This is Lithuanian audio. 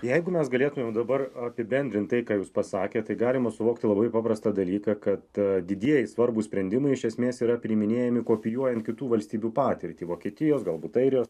jeigu mes galėtumėm dabar apibendrint tai ką jūs pasakėt tai galima suvokti labai paprastą dalyką kad didieji svarbūs sprendimai iš esmės yra priiminėjami kopijuojant kitų valstybių patirtį vokietijos galbūt airijos